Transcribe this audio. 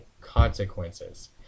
consequences